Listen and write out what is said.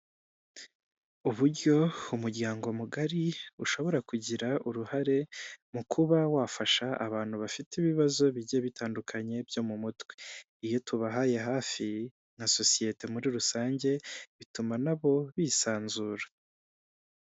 Uburyo umuryango mugari ushobora kugira uruhare mu kuba wafasha abantu bafite ibibazo bijye bitandukanye byo mu mutwe, iyo tubahaye hafi na sosiyete muri rusange bituma na bo bisanzura.